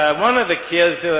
one of the kids,